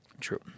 True